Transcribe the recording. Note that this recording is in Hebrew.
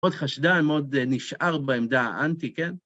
מאוד חשדן, מאוד נשאר בעמדה האנטי, כן?